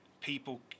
people